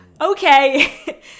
Okay